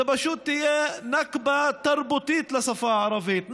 זו פשוט תהיה נכבה תרבותית לשפה הערבית,